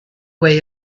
way